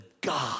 God